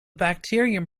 bacterium